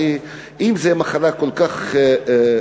הרי אם זו מחלה כל כך מורכבת,